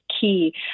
key